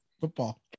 football